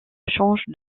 change